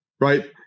right